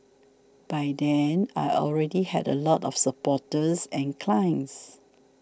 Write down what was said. by then I already had a lot of supporters and clients